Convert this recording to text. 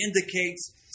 indicates